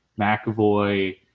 McAvoy